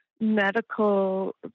medical